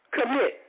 Commit